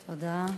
תודה.